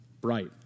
bright